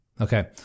Okay